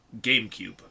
GameCube